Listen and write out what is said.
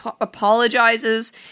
apologizes